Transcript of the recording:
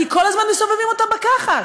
כי כל הזמן מסובבים אותם בכחש,